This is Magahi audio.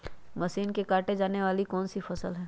मशीन से काटे जाने वाली कौन सी फसल है?